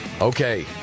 Okay